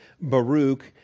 Baruch